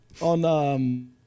on